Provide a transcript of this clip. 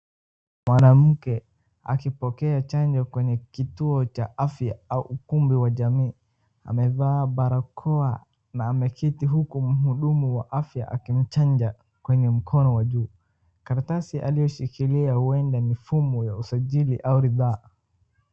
Mwananmke akipokea chanjo kwenye kituo cha afya au ukumbi wa jamii. Amevaa barakoa na ameketi huku mhudumu wa afya akimchanja kwenye mkono wajuu. Karatasi aliyoshikiliwa huenda ni fomu ya usajili au ridhaa.